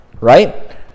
right